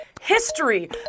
history